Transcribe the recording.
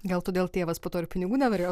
gal todėl tėvas po to ir pinigų nenorėjo